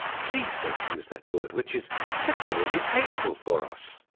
please don't use that word, which is particularly painful for us.